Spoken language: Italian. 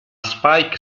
spike